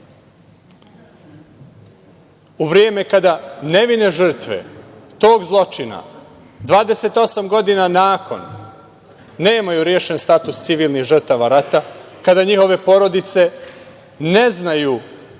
U vreme kada nevine žrtve tog zločina 28 godina nakon nemaju rešen status civilnih žrtava rata, kada njihove porodice ne znaju